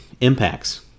impacts